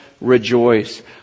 rejoice